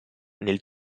nel